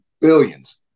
Billions